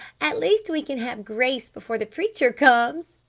at least we can have grace before the preacher comes!